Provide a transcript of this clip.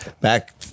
back